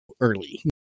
early